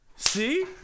See